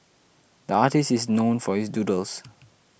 the artist is known for his doodles